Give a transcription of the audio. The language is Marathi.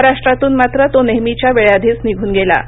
महाराष्ट्रातून मात्र तो नेहमीच्या वेळेआधीच निघून गेला